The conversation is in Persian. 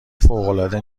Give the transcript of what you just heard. فوقالعاده